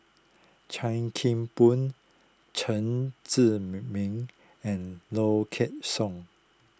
Chan Kim Boon Chen Zhiming and Low Kway Song